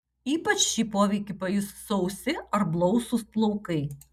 ypač šį poveikį pajus sausi ar blausūs plaukai